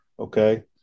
Okay